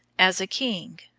as a king,